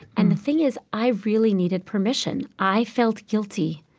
and the thing is, i really needed permission. i felt guilty.